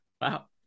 wow